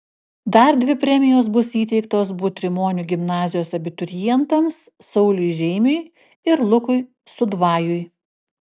dar dvi premijos bus įteiktos butrimonių gimnazijos abiturientams sauliui žeimiui ir lukui sudvajui